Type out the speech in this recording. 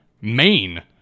Maine